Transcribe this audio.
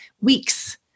weeks